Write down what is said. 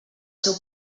seu